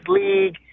league